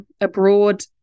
abroad